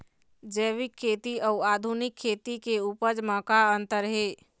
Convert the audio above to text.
जैविक खेती अउ आधुनिक खेती के उपज म का अंतर हे?